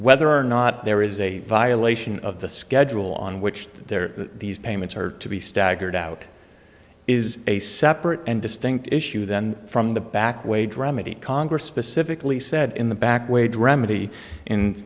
whether or not there is a violation of the schedule on which there are these payments are to be staggered out is a separate and distinct issue then from the back way dramedy congress specifically said in the back way dramedy in